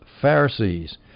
Pharisees